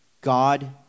God